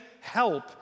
Help